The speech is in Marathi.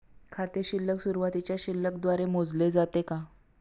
खाते शिल्लक सुरुवातीच्या शिल्लक द्वारे मोजले जाते का?